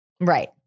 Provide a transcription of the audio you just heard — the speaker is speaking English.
right